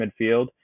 midfield